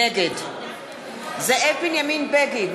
נגד זאב בנימין בגין,